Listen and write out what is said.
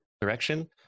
direction